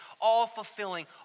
all-fulfilling